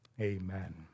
Amen